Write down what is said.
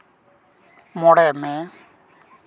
ᱢᱚᱬᱮ ᱢᱮ